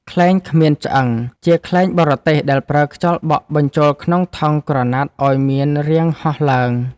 ខ្លែងគ្មានឆ្អឹង ជាខ្លែងបរទេសដែលប្រើខ្យល់បក់បញ្ចូលក្នុងថង់ក្រណាត់ឱ្យមានរាងហោះឡើង។